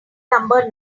number